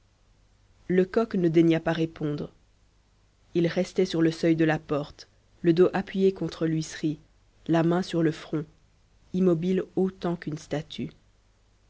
lecoq ne daigna pas répondre il restait sur le seuil de la porte le dos appuyé contre l'huisserie la main sur le front immobile autant qu'une statue